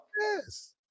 Yes